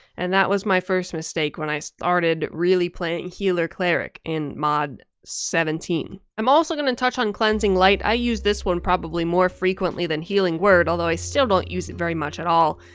and that was my first mistake when i started really playing healer cleric in mod seventeen. i'm also gonna and touch on cleansing light. i use this one probably more frequently than healing word, although i still don't use it very much at all.